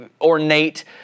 ornate